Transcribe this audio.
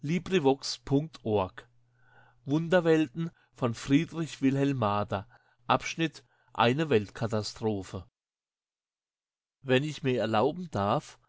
eine weltkatastrophe wenn ich mir erlauben darf